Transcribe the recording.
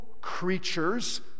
creatures